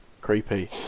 Creepy